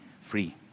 free